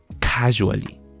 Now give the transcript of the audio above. casually